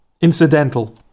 Incidental